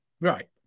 right